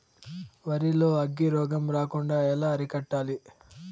వరి లో అగ్గి రోగం రాకుండా ఎలా అరికట్టాలి?